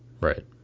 Right